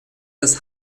das